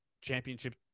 championship